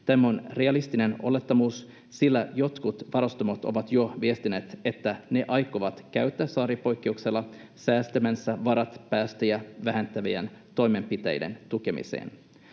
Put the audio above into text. Tämä on realistinen olettamus, sillä jotkut varustamot ovat jo viestineet, että ne aikovat käyttää saaripoikkeuksella säästämänsä varat päästöjä vähentävien toimenpiteiden tukemiseen.